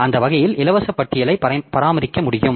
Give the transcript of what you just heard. அந்த வகையில் இலவச பட்டியலை பராமரிக்க முடியும்